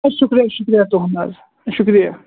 چلو شُکریہ شُکریہ تُہُنٛد حظ شُکریہ